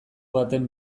baten